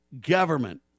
government